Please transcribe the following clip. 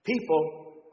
People